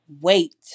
Wait